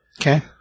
Okay